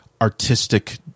artistic